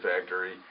Factory